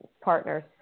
partners